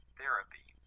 therapy